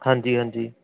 ਹਾਂਜੀ ਹਾਂਜੀ